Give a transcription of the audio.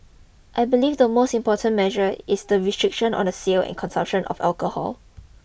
I believe the most important measure is the restriction on the sale and consumption of alcohol